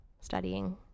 studying